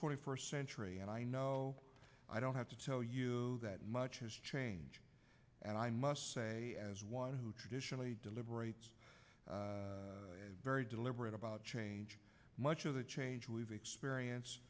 twenty first century and i know i don't have to tell you that much has changed and i must say as one who traditionally deliberate very deliberate about change much of the change we've experience